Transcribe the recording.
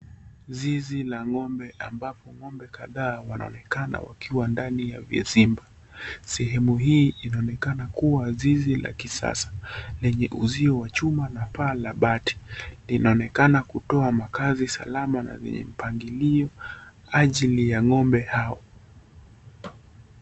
Zizi la ngo'mbe ambapo ngo'mbe kadhaa wanaonekana wakiwa ndani ya vizimba. Sehemu hii inaonekana kuwa zizi la kisasa, lenye uzio wa chuma na paa la bati. Linaonekana kutoa makazi salama na yenye mpangilio ajili ya ngo'mbe hao.